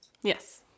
Yes